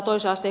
sak